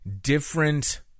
different